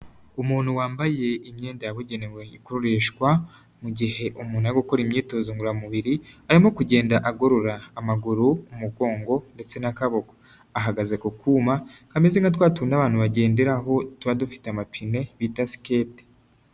Umuntu wambaye imyenda yabugenewe, ikoreshwa mu gihe umuntu ari gukora imyitozo ngororamubiri, arimo kugenda agorora amaguru, umugongo ndetse n'akaboko, ahagaze ku kuma kameze nka twa tundi abantu bagenderaho tuba dufite amapine, bita sikete.